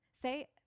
say